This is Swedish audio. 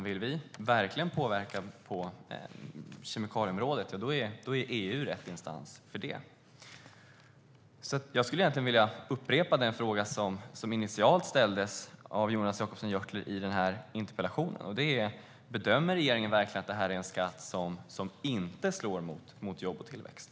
Vill vi verkligen påverka på kemikalieområdet är EU rätt instans för det. Jag vill upprepa den fråga som ställdes initialt av Jonas Jacobsson Gjörtler i denna interpellation: Bedömer regeringen verkligen att detta är en skatt som inte slår mot jobb och tillväxt?